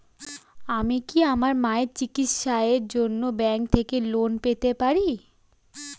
আমি কি আমার মায়ের চিকিত্সায়ের জন্য ব্যঙ্ক থেকে লোন পেতে পারি?